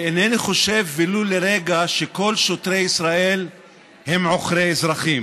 שאינני חושב ולו לרגע שכל שוטרי ישראל הם עוכרי אזרחים.